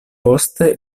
poste